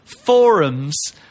forums